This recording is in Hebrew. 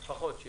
אני לפחות רוצה